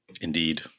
Indeed